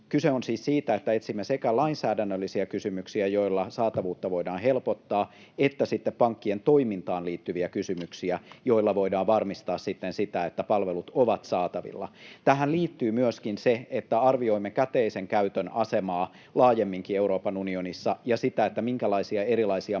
Kyse on siis siitä, että etsimme sekä lainsäädännöllisiä kysymyksiä, joilla saatavuutta voidaan helpottaa, että sitten pankkien toimintaan liittyviä kysymyksiä, joilla voidaan varmistaa sitten sitä, että palvelut ovat saatavilla. Tähän liittyy myöskin se, että arvioimme käteisen käytön asemaa laajemminkin Euroopan unionissa ja sitä, minkälaisia erilaisia maksamisen